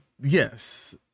yes